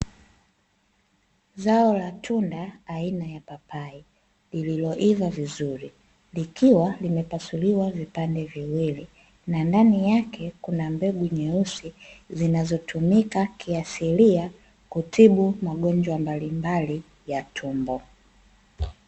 Zao la tunda aina ya papai liloiva vizuri, likiwa limepasuliwa vipande viwili na ndani yake kuna mbegu nyeusi, zinazotumika kiasilia kutibu magonjwa mbalimbali ya tumbo.